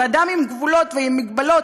ואדם עם גבולות ועם מגבלות,